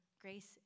grace